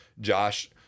Josh